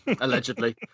Allegedly